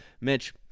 Mitch